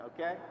Okay